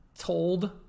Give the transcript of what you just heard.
Told